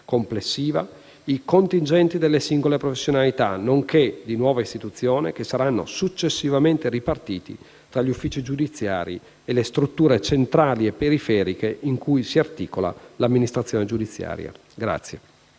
complessiva, i contingenti delle singole professionalità, anche di nuova istituzione, che saranno successivamente ripartiti tra gli uffici giudiziari e le strutture centrali e periferiche in cui si articola l'Amministrazione giudiziaria.